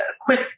quick